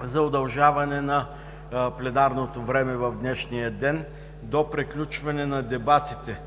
за удължаване на пленарното време в днешния ден до приключване на дебатите